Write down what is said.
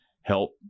help